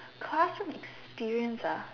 classroom experience ah